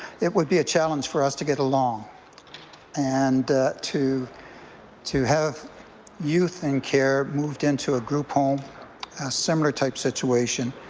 it would be a challenge for us to get along and to to have youth in care moved into a group home similar type situation.